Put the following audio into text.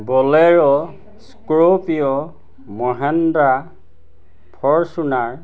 Bolero Scorpio Mahindra Fortuner